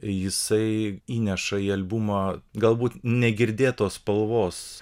jisai įneša į albumą galbūt negirdėtos spalvos